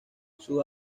sus